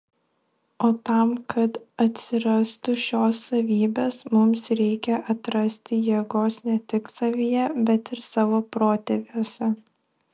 o tam kad atsirastų šios savybės mums reikia atrasti jėgos ne tik savyje bet ir savo protėviuose